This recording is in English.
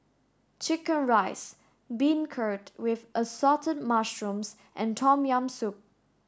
chicken rice beancurd with assorted mushrooms and tom yam soup